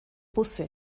busse